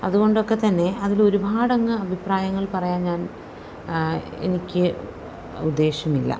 അതുകൊണ്ടൊക്കെത്തന്നെ അതിലൊരുപാട് അങ്ങ് അഭിപ്രായങ്ങൾ പറയാൻ ഞാൻ എനിക്ക് ഉദ്ദേശമില്ല